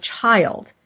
child